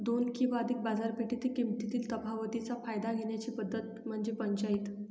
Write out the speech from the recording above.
दोन किंवा अधिक बाजारपेठेतील किमतीतील तफावतीचा फायदा घेण्याची पद्धत म्हणजे पंचाईत